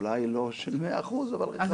אולי לא של 100%, אבל רחבה.